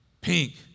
pink